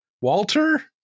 Walter